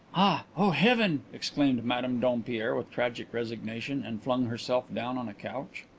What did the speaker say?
ah, oh, heaven! exclaimed madame dompierre with tragic resignation, and flung herself down on a couch.